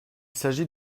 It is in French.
s’agit